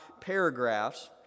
paragraphs